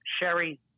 Sherry